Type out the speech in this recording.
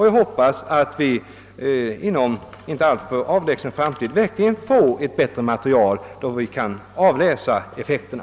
Jag hoppas att vi inom en inte alltför avlägsen framtid verkligen får ett bättre material ur vilket vi kan avläsa effekterna.